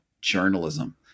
journalism